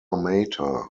mater